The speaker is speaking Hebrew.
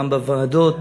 גם בוועדות